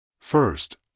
first